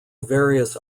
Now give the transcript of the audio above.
various